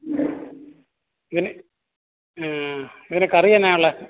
പിന്നെ പിന്നെ കറി എന്നാ ഉള്ളത്